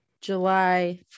july